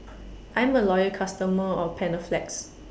I'm A Loyal customer of Panaflex